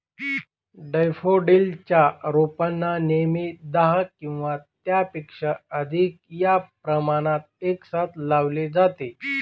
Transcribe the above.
daffodils च्या रोपांना नेहमी दहा किंवा त्यापेक्षा अधिक या प्रमाणात एकसाथ लावले जाते